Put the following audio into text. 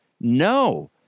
No